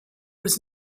was